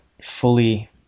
fully